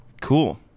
Cool